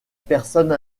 personne